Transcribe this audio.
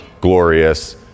glorious